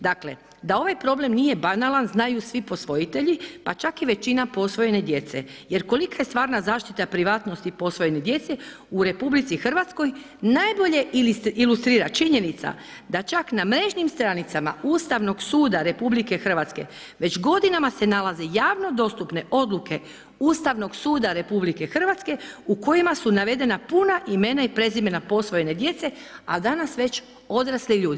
Dakle, da ovaj problem nije banalan znaju svi posvojitelji pa čak i većina posvojene djece jer kolika je stvarna zaštita privatnosti posvojene djece u RH, najbolje ilustrira činjenica da čak na mrežnim stranicama Ustavnog suda RH već godinama se nalazi javno dostupne odluke Ustavnog suda RH u kojima su navedena puna imena i prezimena posvojene djece a danas već odrasli ljudi.